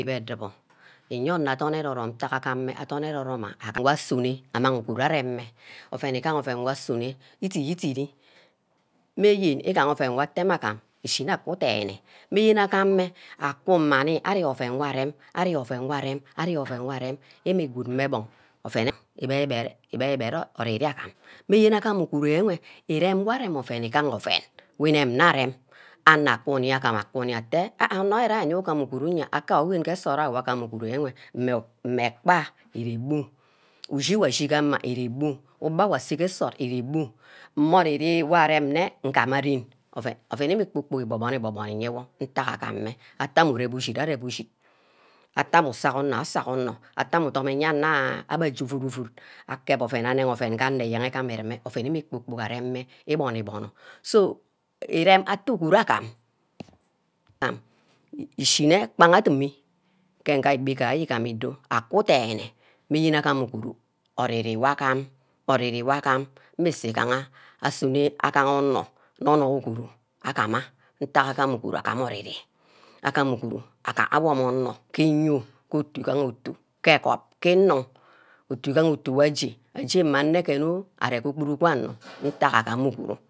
Inep edubo, iyene onor adorn ero-rome ntack agameh adorn ero-rome asune amang uguru arem-meh, ouen igaha ouen wor asuno idit-idit-re, mayen igaha ouen iteme agam ishineh aku dener, meh yen agameh aku mma nni aru ouen wor areme, aru ouen wor areme, aru ouen wor areme. Ameh goid meh bung, ouen ibere-ibere oh oriri afam, meh yene agam uguru enwe nirem wor areme ouen igaha ouen wenem nna areme anor kuni agama akuni atta ah ah anor yoyi ugam uguru enwe aka wini ge nsort ayo. agam uguru ewe ekpa ire bu, ushi weh ashi ke ama ire bu, ugha wor aseh ke nsort ire bu, mmeh ori-ri wor nne agama ren, ouen enwe kpor- kpork ibof- borno iye-wor, ntack agam meh, atteh ame urep ushid arep ushid atteh ameh useg onor aseg onor, atteh ameh udom eyeanaha abeh aje ouura-ovid akee nge anor eyen agana arumeh, ouen enwe kpor- kpork aremeh ibonor-ibonor so iren atto uguru agam ishineh kpa adimi ke nfe egbi ayo igama idah aku denèèè meyene agam mmusu gaha asuni agaha onor, nor-nor uguru agama n̄tagha agam uguru agamah ori-ri, agam uguru awor mmeh onor ke eyio, ke otu igaha otu, ke egop, ke nnug, otu igaha otu wor aje, ajema enegen oh arear gear oburu-buru anor ntagha agam uguru.